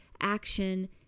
action